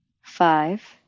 Five